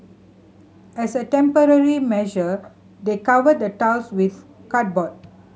as a temporary measure they covered the tiles with cardboard